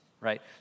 right